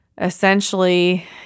essentially